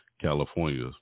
California